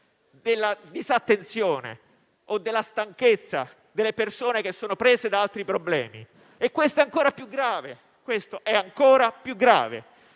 della disattenzione o stanchezza delle persone che sono prese da altri problemi. E questo è ancora più grave. Vorrei sapere perché,